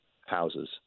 houses